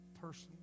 person